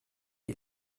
die